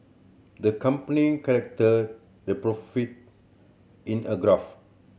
the company the profit in a graph